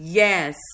yes